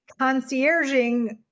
concierging